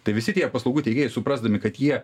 tai visi tie paslaugų teikėjai suprasdami kad jie